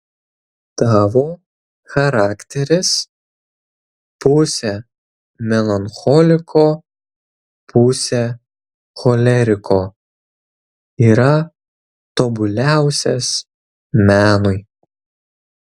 tavo charakteris pusė melancholiko pusė choleriko yra tobuliausias menui